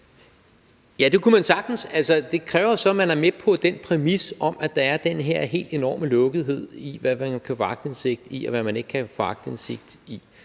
Ja, det kunne man sagtens, men det kræver så, at man er med på den præmis om, at der er den helt enorme lukkethed i, hvad man kan få aktindsigt i, og hvad man ikke kan få aktindsigt i,